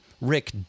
Rick